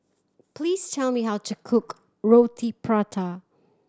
please tell me how to cook Roti Prata